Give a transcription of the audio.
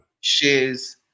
shares